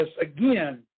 again